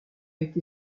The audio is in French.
été